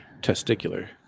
Testicular